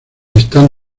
están